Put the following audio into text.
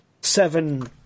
seven